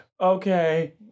Okay